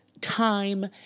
time